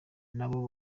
n’abo